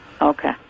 Okay